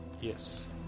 Yes